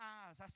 eyes